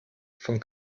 von